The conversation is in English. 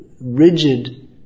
rigid